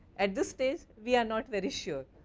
at this stage, we are not very sure,